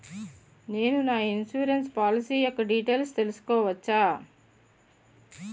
నేను నా insurance policy యెక్క డీటైల్స్ తెల్సుకోవచ్చా?